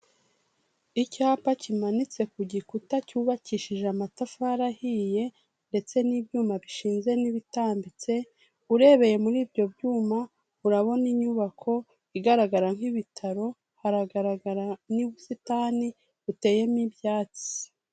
Icyapa kimanitse ku gikuta cyubakishije amatafari ahiye ndetse n'ibyuma bishinze n'ibitambitse, urebeye muri ibyo byuma urabona inyubako igaragara nk'ibitaro, haragaragara n'ubusitani buteyemo ibyatsi.